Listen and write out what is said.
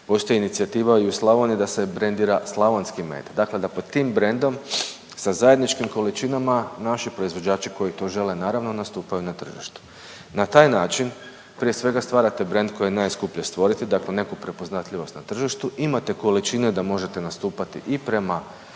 postoji inicijativa i u Slavoniji da se brendira slavonski med, dakle da tim brendom sa zajedničkim količinama naši proizvođači koji to žele naravno nastupaju na tržištu. Na taj način prije svega stvarate brend koji je najskuplje stvoriti dakle neku prepoznatljivost na tržištu, imate količine da možete nastupati i prema